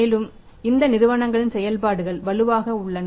மேலும் இந்த நிறுவனங்களின் செயல்பாடுகள் வலுவாக உள்ளன